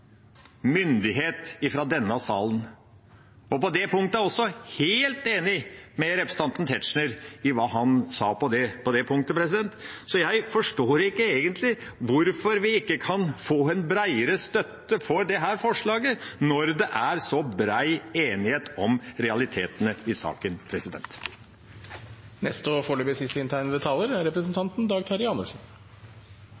myndighet fra denne salen. På det punktet er jeg også helt enig med representanten Tetzschner i hva han sa. Så jeg forstår ikke egentlig hvorfor vi ikke kan få en bredere støtte for dette forslaget når det er så bred enighet om realitetene i saken. Jeg synes det har vært en god debatt. Jeg synes det er